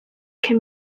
can